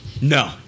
No